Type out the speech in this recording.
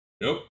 Nope